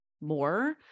more